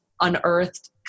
unearthed